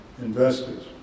investors